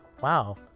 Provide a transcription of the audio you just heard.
wow